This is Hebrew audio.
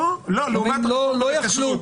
--- כשרות.